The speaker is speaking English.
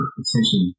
attention